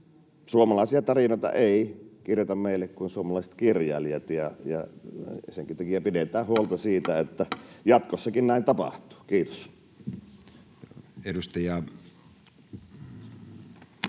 suomalaisia tarinoita eivät kirjoita meille kuin suomalaiset kirjailijat, ja senkin takia pidetään huolta siitä, että jatkossakin näin tapahtuu. — Kiitos. [Speech